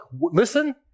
listen